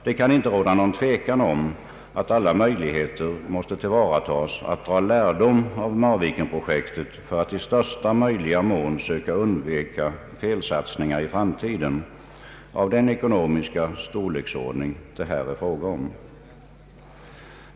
Det kan inte råda någon tvekan om att alla möjligheter måste tillvaratagas att dra lärdom av Marvikenprojektet för att i största möjliga mån söka undvika felsatsningar i framtiden av den ekonomiska storleksordning det här är fråga om.